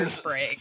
break